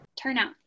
Turnout